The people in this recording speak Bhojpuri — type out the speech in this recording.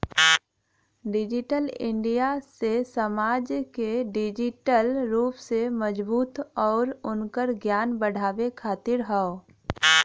डिजिटल इंडिया से समाज के डिजिटल रूप से मजबूत आउर उनकर ज्ञान बढ़ावे खातिर हौ